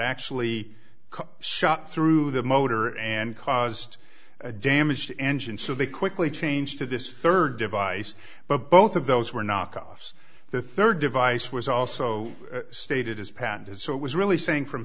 actually shot through the motor and caused a damaged engine so they quickly changed to this third device but both of those were knockoffs the third device was also stated as patented so it was really saying from